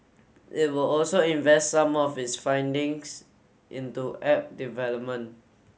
it will also invest some of its findings into app development